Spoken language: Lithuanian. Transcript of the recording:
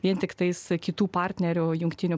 vien tiktais kitų partnerių jungtinių